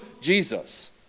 Jesus